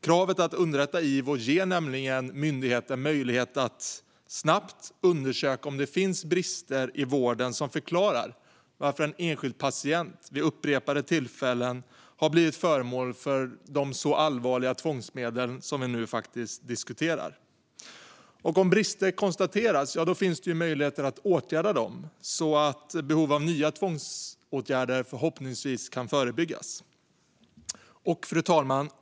Kravet på att underrätta IVO ger nämligen myndigheten möjlighet att snabbt undersöka om det finns brister i vården som förklarar varför en enskild patient vid upprepade tillfällen blivit föremål för de allvarliga tvångsmedel som vi nu diskuterar. Och om brister konstateras finns det möjligheter att åtgärda dessa så att behov av nya tvångsåtgärder förhoppningsvis kan förebyggas. Fru talman!